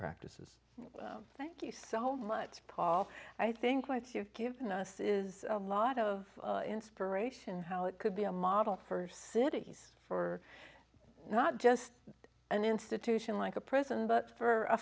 practices thank you so much paul i think what you've given us is a lot of inspiration how it could be a model for cities for not just an institution like a prison but for a